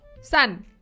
Sun